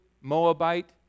Moabite